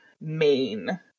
main